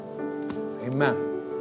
Amen